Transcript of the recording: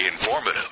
Informative